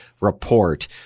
Report